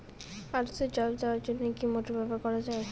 আলুতে জল দেওয়ার জন্য কি মোটর ব্যবহার করা যায়?